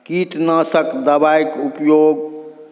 कीटनाशक दवाइक उपयोग